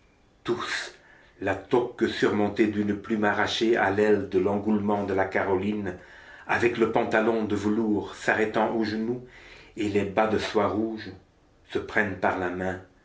tous la toque surmontée d'une plume arrachée à l'aile de l'engoulevent de la caroline avec le pantalon de velours s'arrêtant aux genoux et les bas de soie rouge se prennent par la main